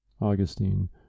augustine